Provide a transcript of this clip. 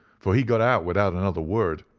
for he got out without another word,